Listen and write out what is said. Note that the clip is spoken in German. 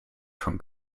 schon